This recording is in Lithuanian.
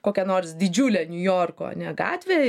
kokia nors didžiulė niujorko ane gatvė